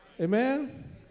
Amen